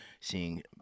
seeing